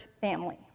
family